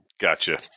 Gotcha